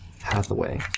Hathaway